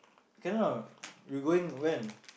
can ah you going when